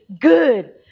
good